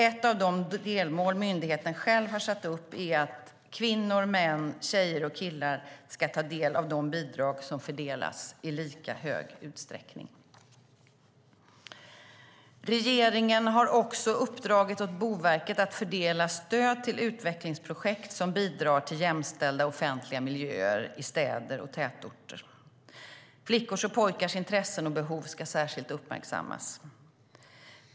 Ett av de delmål myndigheten själv har satt upp är att "kvinnor, män, tjejer och killar ska ta del av de bidrag som fördelas i lika hög utsträckning". Regeringen har uppdragit åt Boverket att fördela stöd till utvecklingsprojekt som bidrar till jämställda offentliga miljöer i städer och tätorter. Flickors och pojkars intressen och behov ska särskilt uppmärksammas.